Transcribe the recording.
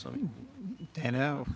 so you know